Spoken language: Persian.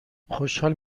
خوشحال